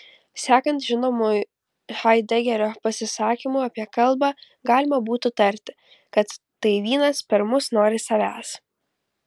sekant žinomu haidegerio pasisakymu apie kalbą galima būtų tarti kad tai vynas per mus nori savęs